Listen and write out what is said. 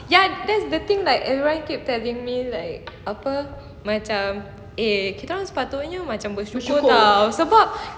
ya that's the thing like everybody keep telling me like apa macam eh kita orang sepatutnya macam ber~ bersyukur lah sebab